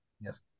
Yes